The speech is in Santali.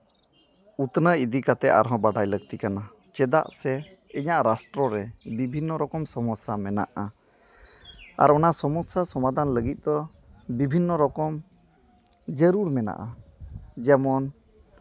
ᱩᱛᱱᱟᱹᱣ ᱤᱫᱤ ᱠᱟᱛᱮ ᱟᱨᱦᱚᱸ ᱵᱟᱰᱟᱭ ᱞᱟᱹᱠᱛᱤ ᱠᱟᱱᱟ ᱪᱮᱫᱟᱜ ᱥᱮ ᱤᱧᱟᱹᱜ ᱨᱟᱥᱴᱨᱚ ᱨᱮ ᱵᱤᱵᱷᱤᱱᱱᱚ ᱨᱚᱠᱚᱢ ᱥᱚᱢᱚᱥᱥᱟ ᱢᱮᱱᱟᱜᱼᱟ ᱟᱨ ᱚᱱᱟ ᱥᱚᱢᱚᱥᱥᱟ ᱥᱚᱢᱟᱫᱷᱟᱱ ᱞᱟᱹᱜᱤᱫ ᱫᱚ ᱵᱤᱵᱷᱤᱱᱱᱚ ᱨᱚᱠᱚᱢ ᱡᱟᱹᱨᱩᱲ ᱢᱮᱱᱟᱜᱼᱟ ᱡᱮᱢᱚᱱ